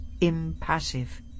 impassive